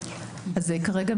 כרגע,